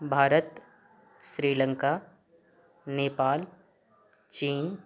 भारत श्री लंका नेपाल चीन